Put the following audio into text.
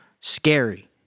Scary